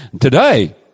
today